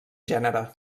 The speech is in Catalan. gènere